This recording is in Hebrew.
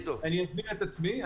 אני אסביר את עצמי.